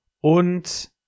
und